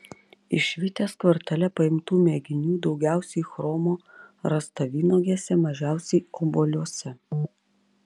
iš vitės kvartale paimtų mėginių daugiausiai chromo rasta vynuogėse mažiausiai obuoliuose